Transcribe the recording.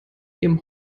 ihrem